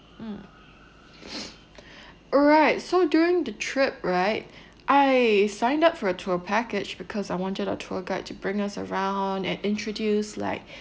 mm alright so during the trip right I signed up for a tour package because I wanted a tour guide to bring us around and introduce like